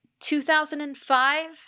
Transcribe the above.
2005